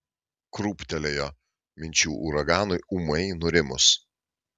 krūptelėjo minčių uraganui ūmai nurimus